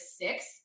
six